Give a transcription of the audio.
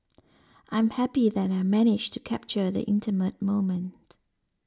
I'm happy that I managed to capture the intimate moment